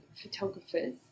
photographers